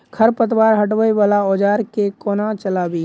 खरपतवार हटावय वला औजार केँ कोना चलाबी?